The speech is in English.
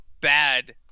bad